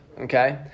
Okay